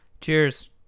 cheers